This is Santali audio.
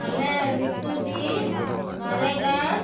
ᱟᱞᱮ ᱨᱤᱛᱩᱰᱤ ᱢᱟᱨᱮ ᱜᱟᱲ